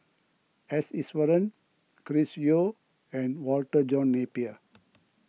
S Iswaran Chris Yeo and Walter John Napier